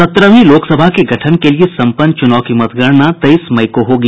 सत्रहवीं लोकसभा के गठन के लिये संपन्न चुनाव की मतगणना तेईस मई को होगी